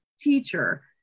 teacher